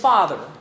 Father